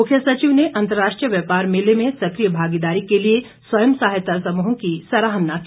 मुख्य सचिव ने अंतर्राष्ट्रीय व्यापार मेले में सक्रिय भागीदारी के लिए स्वयं सहायता समूहों की सराहना की